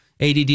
ADD